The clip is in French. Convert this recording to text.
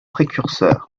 précurseur